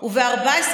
ועוד שנים רבות.